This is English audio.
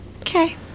Okay